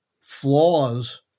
flaws